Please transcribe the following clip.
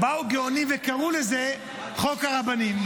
באו גאונים וקראו לזה חוק הרבנים,